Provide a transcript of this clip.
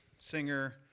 singer